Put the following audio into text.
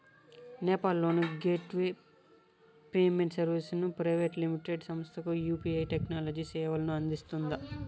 నేపాల్ లోని gateway payment services private limited సంస్థకు UPI technology సేవలను అందిస్తుందా?